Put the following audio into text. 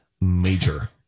major